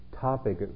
Topic